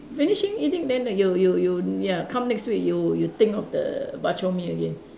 finishing eating then you you you ya come next week you you think of the bak-chor-mee again